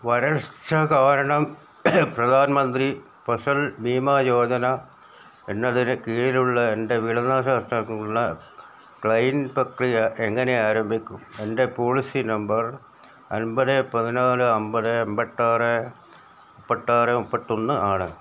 വരൾച്ച കാരണം പ്രധാൻ മന്ത്രി ഫസൽ ഭീമാ യോജന എന്നതിന് കീഴിലുള്ള എൻ്റെ വിള നാശനഷ്ടങ്ങൾക്കുള്ള ക്ലെയിം പ്രക്രിയ എങ്ങനെ ആരംഭിക്കും എൻ്റെ പോളിസി നമ്പർ അൻപത് പതിനാല് അമ്പത് എമ്പത്താറ് മുപ്പത്താറ് മുപ്പത്തൊന്ന് ആണ്